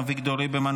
אביגדור ליברמן,